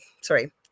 sorry